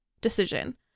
decision